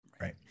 right